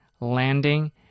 landing